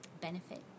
benefit